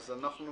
אז אנחנו